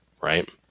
right